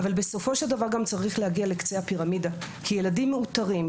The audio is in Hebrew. אבל בסופו של דבר גם צריך להגיע לקצה הפירמידה כי ילדים מאותרים,